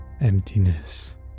Emptiness